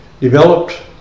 developed